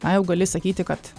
na jau gali sakyti kad